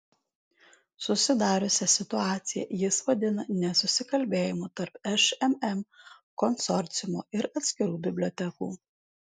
susidariusią situaciją jis vadina nesusikalbėjimu tarp šmm konsorciumo ir atskirų bibliotekų